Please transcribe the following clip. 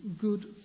good